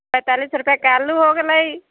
पैंतालिस रुपैआके आलू हो गेलै